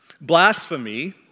Blasphemy